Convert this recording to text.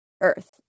Earth